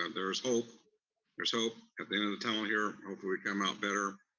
there's hope there's hope at the end of the tunnel here, hopefully we come out better,